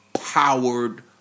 powered